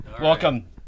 welcome